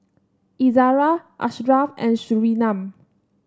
Izzara Ashraf and Surinam